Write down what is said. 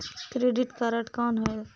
Credit card कौन होएल?